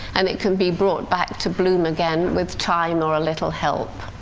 and it can be brought back to bloom again, with time or a little help.